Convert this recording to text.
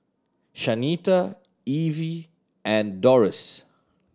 Shanita Evie and Doris